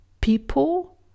people